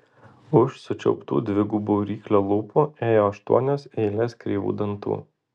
už sučiauptų dvigubų ryklio lūpų ėjo aštuonios eilės kreivų dantų